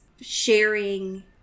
sharing